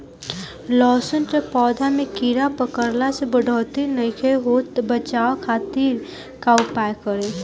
लहसुन के पौधा में कीड़ा पकड़ला से बढ़ोतरी नईखे होत बचाव खातिर का उपाय करी?